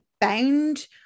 bound